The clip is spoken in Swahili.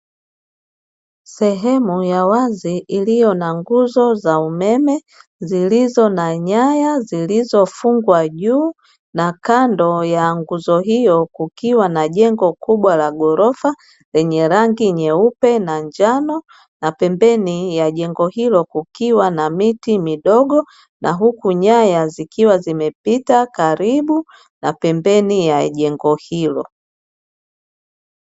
Sehemu ya wazi iliyo na nguzo za umeme zilizo na nyaya, zilizofungwa juu na kando ya nguzo hiyo, kukiwa na jengo kubwa la ghorofa lenye rangi nyeupe na njano na pembeni ya jengo hilo kukiwa na miti midogo na huku nyaya zikiwa zimepita karibu na pembeni ya jengo hilo.